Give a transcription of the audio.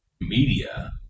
media